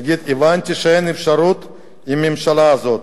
תגיד: הבנתי שאין אפשרות עם הממשלה הזאת,